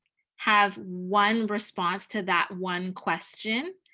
have one response to that one question,